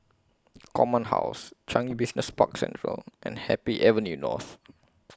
Command House Changi Business Park Central and Happy Avenue North